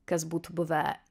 kas būtų buvę